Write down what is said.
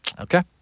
Okay